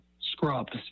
scrubs